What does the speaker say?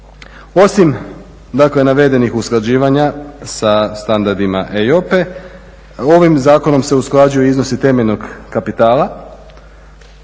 dakle navedenih usklađivanja sa standardima EIOPA-e ovim zakonom se usklađuju iznosi temeljnog kapitala